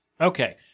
Okay